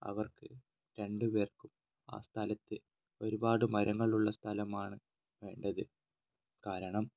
അവർക്ക് രണ്ട് പേർക്കും ആ സ്ഥലത്ത് ഒരുപാട് മരങ്ങളുള്ള സ്ഥലമാണ് വേണ്ടത് കാരണം